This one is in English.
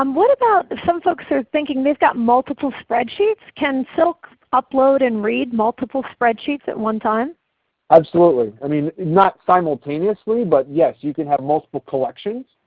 um what about, some folks are thinking they've got multiple spreadsheets. can silk upload and read multiple spreadsheets at one time? alex absolutely. i mean not simultaneously, but yes, you can have multiple collections.